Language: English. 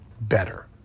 better